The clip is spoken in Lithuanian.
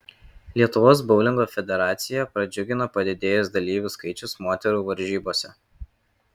lietuvos boulingo federaciją pradžiugino padidėjęs dalyvių skaičius moterų varžybose